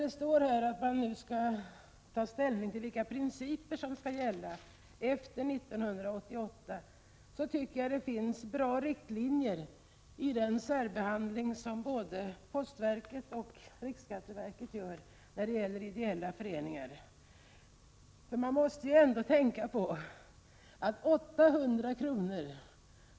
Det står emellertid i svaret att man skall ta ställning till vilka principer som skall gälla efter 1988, och i den frågan tycker jag att det finns bra riktlinjer i den särbehandling som postverket och riksskatteverket ger de ideella föreningarna. Vi måste ändå tänka på att 800 kr.